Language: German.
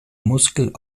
muskel